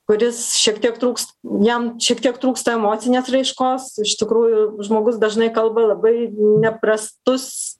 kuris šiek tiek trūks jam šiek tiek trūksta emocinės raiškos iš tikrųjų žmogus dažnai kalba labai neprastus